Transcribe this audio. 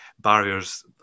barriers